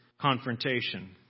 confrontation